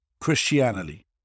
Christianity